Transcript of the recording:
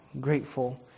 grateful